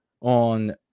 on